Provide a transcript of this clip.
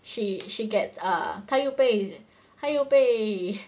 she she gets ah 他又被他又被